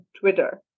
Twitter